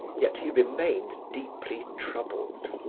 yet he remained deeply troubled.